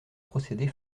procédés